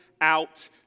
out